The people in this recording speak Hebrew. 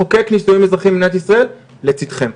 לחוקק נישואים אזרחיים במדינת ישראל, לצידכם.